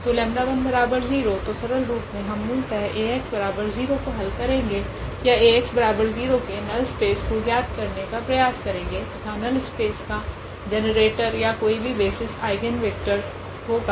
तो 𝜆10 तो सरल रूप मे हम मूलतः Ax0 को हल करेगे या Ax0 के नल स्पेस को ज्ञात करने का प्रयास करेगे तथा नल स्पेस का जनरेटर या कोई भी बेसिस आइगनवेक्टर होगा